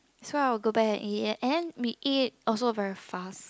so I will go back and eat and then we eat it also very fast